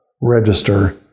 register